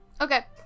Okay